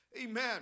Amen